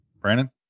Brandon